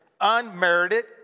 unmerited